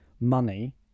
money